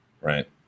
Right